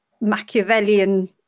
Machiavellian